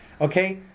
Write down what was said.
Okay